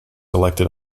elected